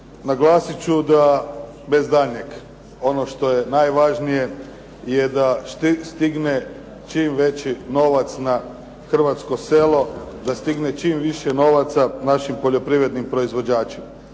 Naglasiti ću da bez daljnjeg, ono što je najvažnije je da stigne čim veći novac na hrvatsko selo, da stigne čim više novaca našim poljoprivrednim proizvođačima.